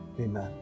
Amen